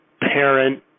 parent